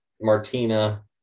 Martina